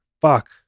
Fuck